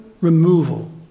removal